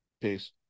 Peace